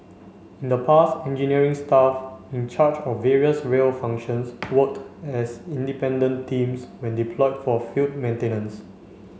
in the past engineering staff in charge of various rail functions worked as independent teams when deployed for field maintenance